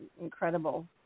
incredible